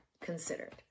considered